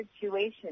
situation